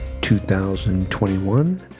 2021